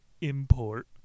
import